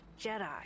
Jedi